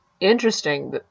interesting